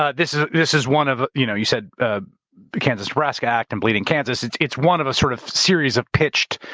ah this ah this is one of, you know you said ah kansas-nebraska act and bleeding kansas, it's it's one of a sort of series of pitched